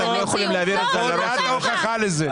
אתם לא יכולים להעביר את זה על הראש של השלטון המקומי.